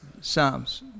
Psalms